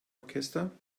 orchester